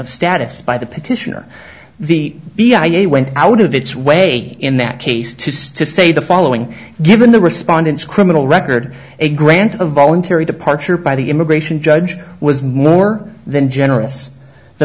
status by the petitioner the b i a went out of its way in that case to say the following given the respondents criminal record a grant of voluntary departure by the immigration judge was more than generous the